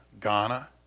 Ghana